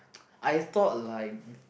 I thought like